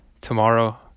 tomorrow